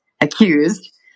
accused